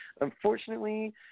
Unfortunately